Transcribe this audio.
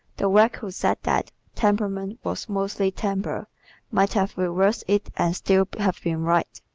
the wag who said that temperament was mostly temper might have reversed it and still have been right.